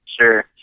Sure